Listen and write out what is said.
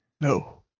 No